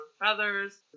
feathers